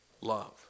love